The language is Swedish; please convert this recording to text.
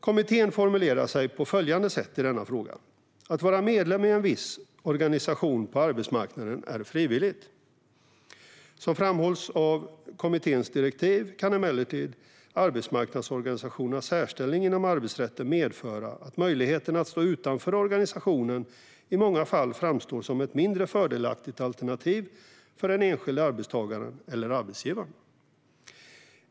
Kommittén formulerade sig på följande sätt i denna fråga: "Att vara medlem i en viss organisation på arbetsmarknaden är frivilligt. Som framhålls i kommitténs direktiv kan emellertid arbetsmarknadsorganisationernas särställning inom arbetsrätten medföra att möjligheten att stå utanför organisationen i många fall framstår som ett mindre fördelaktigt alternativ för den enskilda arbetstagaren eller arbetsgivaren.